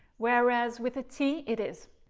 whereas with a t, it is.